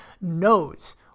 knows